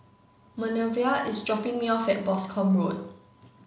Minervia is dropping me off at Boscombe Road